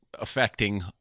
affecting